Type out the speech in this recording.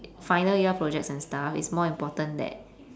final year projects and stuff it's more important that